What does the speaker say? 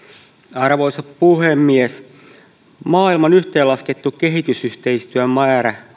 arvoisa puhemies maailman yhteenlaskettu kehitysyhteistyömäärä